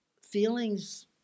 Feelings